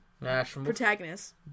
protagonists